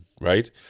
right